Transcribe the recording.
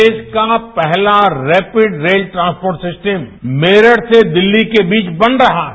देश का पहला rapid rail transport system Meerut से दिल्ली के बीच बन रहा है